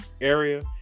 area